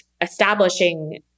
establishing